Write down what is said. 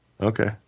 Okay